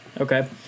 Okay